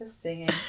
singing